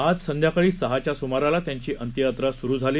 आज संध्याकाळी सहाच्या सुमाराला त्यांची अंत्ययात्रा सुरु झाली